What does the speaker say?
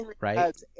right